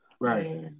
right